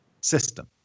system